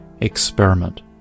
Experiment